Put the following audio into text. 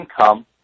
income